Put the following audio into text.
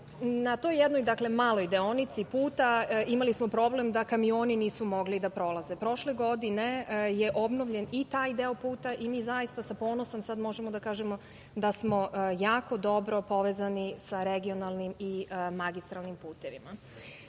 na toj jednoj maloj deonici puta imali smo problem da kamioni nisu mogli da prolaze. Prošle godine je obnovljen i taj deo puta i mi sa ponosom sada možemo da kažemo da smo jako dobro povezani sa regionalnim i magistralnim putevima. Sa